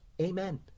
amen